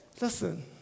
Listen